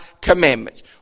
commandments